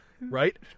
Right